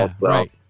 right